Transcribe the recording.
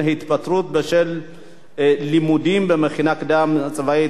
התפטרות בשל לימודים במכינה קדם-צבאית),